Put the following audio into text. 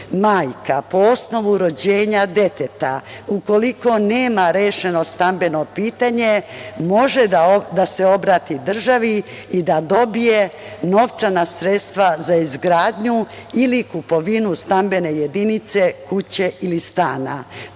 majka, po osnovu rođenja deteta, ukoliko nema rešeno stambeno pitanje, može obratiti državi i da dobije novčana sredstva za izgradnju ili kupovinu stambene jedinice, kuće ili stana.